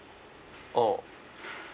oh